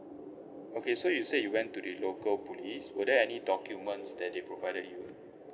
okay so you said you went to the local police were there any documents that they provided you